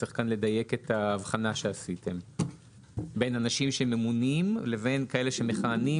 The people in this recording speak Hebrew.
צריך כאן לדייק את ההבחנה שעשיתם בין אנשים שממונים לבין כאלה שמכהנים,